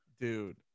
dude